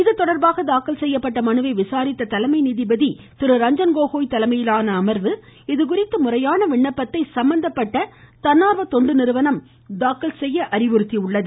இதுதொடர்பாக தாக்கல் செய்யப்பட்ட மனுவை விசாரித்த தலைமை நீதிபதி ரஞ்சன்கோகோய் தலைமையிலான அமர்வு இதுகுறித்து முறையான விண்ணப்பத்தை சம்பந்தப்பட்ட தன்னார்வ தொண்டு நிறுவனம் தாக்கல் செய்ய அறிவுறுத்தியுள்ளது